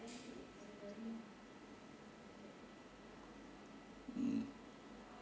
mm